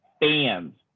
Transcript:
fans